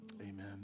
Amen